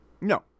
No